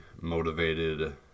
motivated